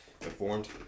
informed